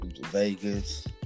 Vegas